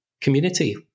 community